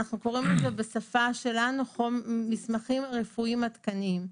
בשפה שלנו אנחנו קוראים לזה "מסמכים רפואיים עדכניים".